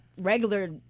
regular